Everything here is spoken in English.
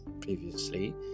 previously